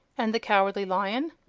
and the cowardly lion?